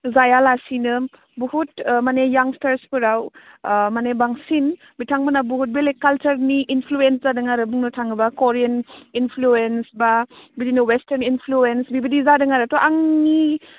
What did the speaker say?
जाया लासिनो बहुद यांस्टार्सफोराव माने बांसिन बिथांमोनहा बहुद बेलेग कालचारनि इनफ्लुवेन्स जादों आरो बुंनो थाङोब्ला करियान इनफ्लुवेन्स बा बिदिनो अवेस्टार्न इनफ्लुवेन्स बिदि जादों आरो थ' आंनि